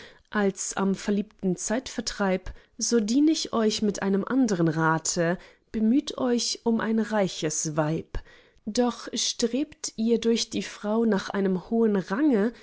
als am verliebten zeitvertreib so dien ich euch mit einem andere rate bemüht euch um ein reiches weib doch strebt ihr durch die frau nach einem hohen range